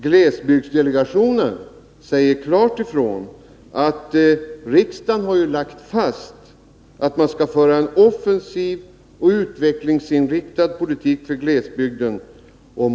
Glesbygdsdelegationen säger klart ifrån att riksdagen har lagt fast att man skall föra en offensiv och utvecklingsinriktad politik för glesbygden.